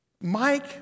Mike